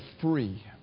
free